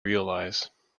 realize